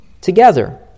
together